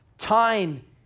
Time